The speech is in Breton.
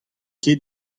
ket